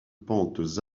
pentes